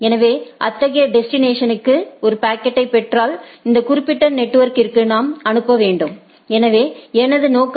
எனவே அத்தகைய டெஸ்டினேஷன்க்கு ஒரு பாக்கெட்டைப் பெற்றால் இந்த குறிப்பிட்ட நெட்வொர்க்கிற்கு நாம் அனுப்ப வேண்டும் அதுவே எனது நோக்கம்